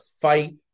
fight